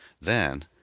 Then